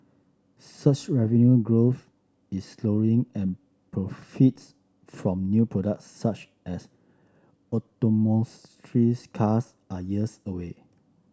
search revenue growth is slowing and profits from new products such as autonomous trees cars are years away